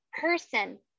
person